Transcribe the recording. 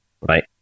right